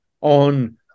on